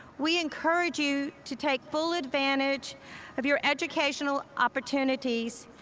we encourage you to take full advantage of your educational opportunities,